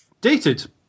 Dated